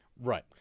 right